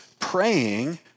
praying